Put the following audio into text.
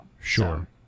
Sure